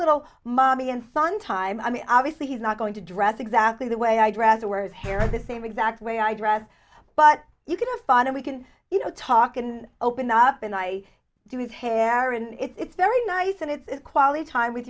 little mommy and son time i mean obviously he's not going to dress exactly the way i dress or wear his hair the same exact way i dress but you can have fun and we can you know talk and open up and i do his hair and it's very nice and it's quality time with